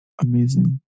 Amazing